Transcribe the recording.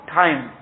time